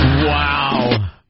Wow